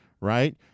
right